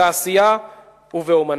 בתעשייה ובאמנות.